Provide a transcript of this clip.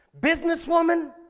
businesswoman